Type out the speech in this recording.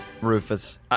Rufus